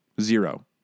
Zero